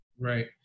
Right